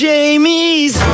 Jamie's